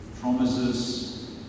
promises